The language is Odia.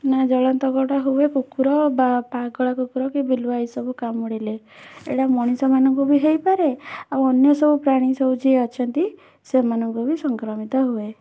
ନା ଜଳାନ୍ତକ ଟା ହୁଏ କୁକୁର ବା ପାଗଳ କୁକୁର କି ବିଲୁଆ ଏଇ ସବୁ କାମୁଡ଼ିଲେ ଏଟା ମଣିଷମାନଙ୍କୁ ବି ହେଇପାରେ ଆଉ ଅନ୍ୟ ସବୁ ପ୍ରାଣୀ ସବୁ ଯିଏ ଅଛନ୍ତି ସେମାନଙ୍କୁ ବି ସଂକ୍ରମିତ ହୁଏ